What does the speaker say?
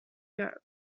europe